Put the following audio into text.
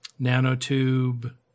nanotube